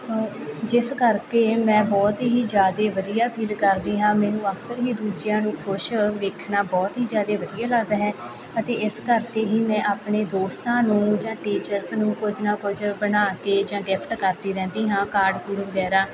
ਜਿਸ ਕਰਕੇ ਮੈਂ ਬਹੁਤ ਹੀ ਜ਼ਿਆਦਾ ਵਧੀਆ ਫੀਲ ਕਰਦੀ ਹਾਂ ਮੈਨੂੰ ਅਕਸਰ ਹੀ ਦੂਜਿਆਂ ਨੂੰ ਖੁਸ਼ ਵੇਖਣਾ ਬਹੁਤ ਹੀ ਜ਼ਿਆਦਾ ਵਧੀਆ ਲੱਗਦਾ ਹੈ ਅਤੇ ਇਸ ਕਰਕੇ ਹੀ ਮੈਂ ਆਪਣੇ ਦੋਸਤਾਂ ਨੂੰ ਜਾਂ ਟੀਚਰਸ ਨੂੰ ਕੁਝ ਨਾ ਕੁਝ ਬਣਾ ਕੇ ਜਾਂ ਗਿਫਟ ਕਰਦੀ ਰਹਿੰਦੀ ਹਾਂ ਕਾਰਡ ਕੂਡ ਵਗੈਰਾ